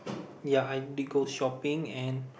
ya I did go shopping and